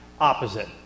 opposite